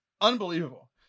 unbelievable